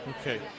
okay